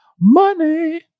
money